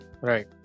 right